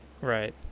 right